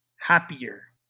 happier